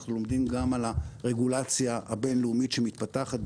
אנחנו לומדים גם על הרגולציה הבין לאומית שמתפתחת,